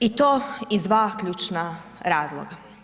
I to iz dva ključna razloga.